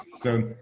so,